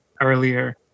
earlier